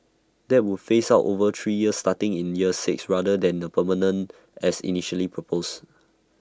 that would phase out over three years starting in year six rather than be permanent as initially proposed